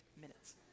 minutes